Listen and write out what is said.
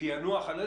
ופיענוח על ידי